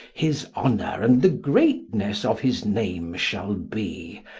his honour, and the greatnesse of his name, shall be,